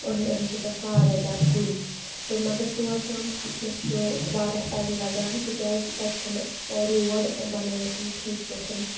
أنٛدۍ أنٛدۍ چھِ تَتھ واریاہ زیادٕ کُلۍ تہٕ مگر تور تام کھَسنَس چھُ واریاہ ٹایم لَگان تِکیٛازِ تَتہِ چھِنہٕ روڈ بَنٲیِتھ ٹھیٖک پٲٹھۍ